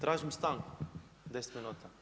Tražim stanku 10 minuta.